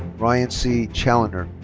ryan c. challender.